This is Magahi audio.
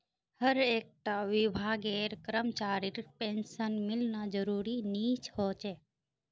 हर एक टा विभागेर करमचरीर पेंशन मिलना ज़रूरी नि होछे